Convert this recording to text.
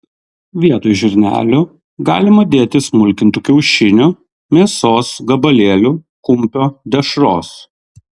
vietoj žirnelių galima dėti smulkintų kiaušinių mėsos gabalėlių kumpio dešros